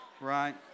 right